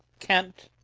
kent,